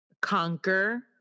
conquer